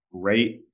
great